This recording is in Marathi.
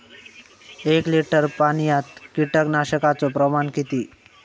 एक लिटर पाणयात कीटकनाशकाचो प्रमाण किती?